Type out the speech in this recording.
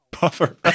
Buffer